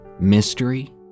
mystery